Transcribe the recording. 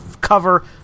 cover